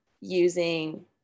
using